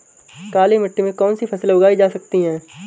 काली मिट्टी में कौनसी फसलें उगाई जा सकती हैं?